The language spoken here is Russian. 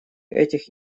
этих